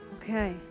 Okay